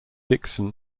dixon